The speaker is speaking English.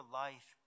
life